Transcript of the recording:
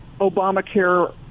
Obamacare